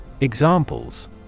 Examples